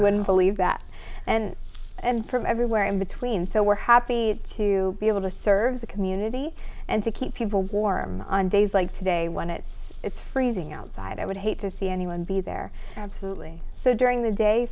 wouldn't believe that and and from everywhere in between so we're happy to be able to serve the community and to keep people warm on days like today when it is freezing outside i would hate to see anyone be there absolutely so during the day